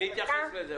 נתייחס לזה.